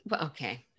Okay